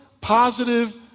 positive